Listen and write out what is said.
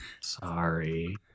sorry